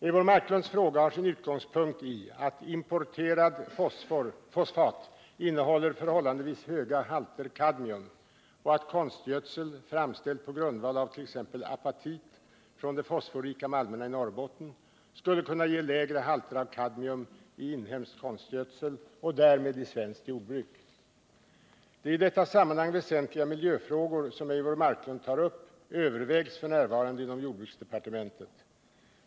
Eivor Marklunds fråga har sin utgångspunkt i att importerad fosfat innehåller förhållandevis höga halter kadmium och att konstgödsel framställt på grundval av t.ex. apatit från de fosforrika malmerna i Norrbotten skulle kunna ge lägre halter av kadmium i inhemsk konstgödsel och därmed i svenskt jordbruk. De i detta sammanhang väsentliga miljöfrågor som Eivor Marklund tar upp övervägs f. n. inom jordbruksdepartementet.